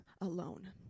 alone